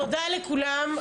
תודה לכולם.